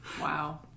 Wow